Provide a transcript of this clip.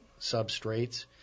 substrates